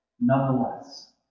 nonetheless